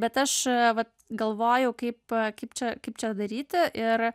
bet aš vat galvojau kaip kaip čia kaip čia daryti ir